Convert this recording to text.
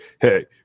hey